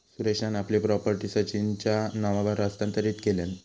सुरेशान आपली प्रॉपर्टी सचिनच्या नावावर हस्तांतरीत केल्यान